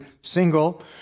single